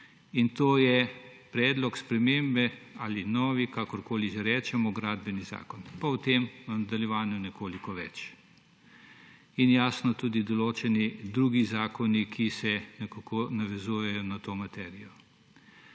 in to je predlog spremembe ali novi, kakorkoli že rečemo, Gradbeni zakon, pa o tem v nadaljevanju nekoliko več, in jasno, tudi določeni drugi zakoni, ki se nekako navezujejo na to materijo.